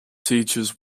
teaches